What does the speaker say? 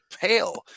pale